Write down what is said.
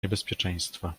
niebezpieczeństwa